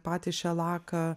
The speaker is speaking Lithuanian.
patį šelaką